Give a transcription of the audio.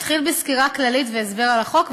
אתחיל בסקירה כללית ובהסבר על החוק,